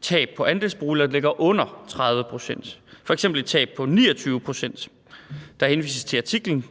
tab på andelsboliger, der ligger under 30 pct., f.eks. et tab på 29 pct.? Der henvises til artiklen